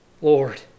Lord